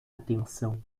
atenção